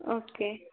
okay